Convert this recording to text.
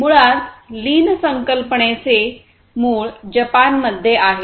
मुळात लीन संकल्पनेचे मूळ जपान मध्ये आहे